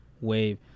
wave